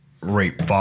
rape